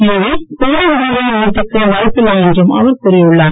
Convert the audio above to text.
எனவே கோடை விடுமுறையை நீட்டிக்க வாய்ப்பில்லை என்றும் அவர் கூறியுள்ளார்